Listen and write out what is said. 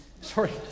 Sorry